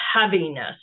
heaviness